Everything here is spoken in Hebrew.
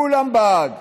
כולם בעד,